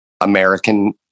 American